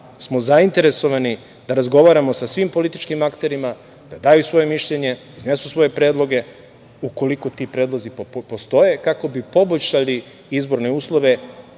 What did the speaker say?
smo zainteresovani da razgovaramo sa svim političkim akterima da daju svoje mišljenje, iznesu svoje predloge ukoliko ti predlozi postoje, kako bi poboljšali izborne uslove